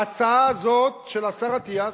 ההצעה הזאת, של השר אטיאס,